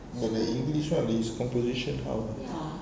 but the english one his composition how